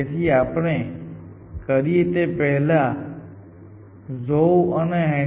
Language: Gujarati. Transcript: તેથી આપણે કરીએ તે પહેલાં ઝોઉ અને હેન્સને આ આપ્યું હતું